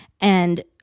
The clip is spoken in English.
and-